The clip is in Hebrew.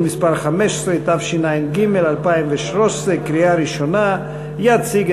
התשע"ג 2013, אושרה בקריאה ראשונה ותועבר